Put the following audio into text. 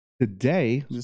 Today